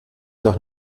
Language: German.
doch